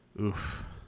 Oof